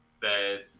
says